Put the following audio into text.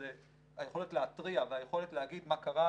היכולת להתריע והיכולת להגיד מה קרה,